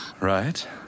Right